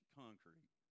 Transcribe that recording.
concrete